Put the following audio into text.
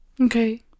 Okay